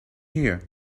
here